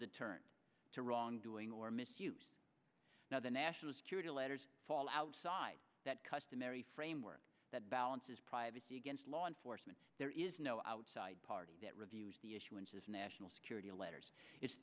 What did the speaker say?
deterrent to wrongdoing or misuse now the national security letters fall outside that customary framework that balances privacy against law enforcement there is no outside party that reviews the issuances national security letters it's